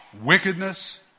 wickedness